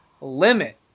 limit